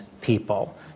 people